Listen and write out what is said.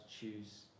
choose